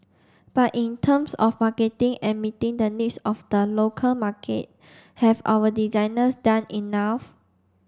but in terms of marketing and meeting the needs of the local market have our designers done enough